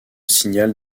signal